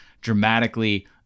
dramatically